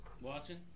Watching